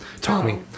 Tommy